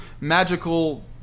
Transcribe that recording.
magical